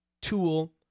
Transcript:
tool